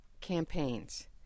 campaigns